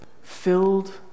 filled